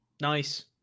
Nice